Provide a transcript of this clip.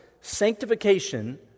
Sanctification